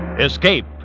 Escape